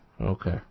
Okay